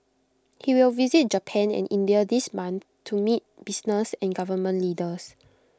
he will visit Japan and India this month to meet business and government leaders